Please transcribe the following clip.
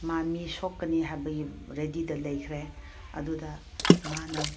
ꯃꯥ ꯃꯤ ꯁꯣꯛꯀꯅꯤ ꯍꯥꯏꯕꯒꯤ ꯔꯦꯗꯤꯗ ꯂꯩꯈ꯭ꯔꯦ ꯑꯗꯨꯗ ꯃꯥꯅ